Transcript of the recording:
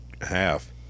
half